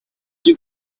you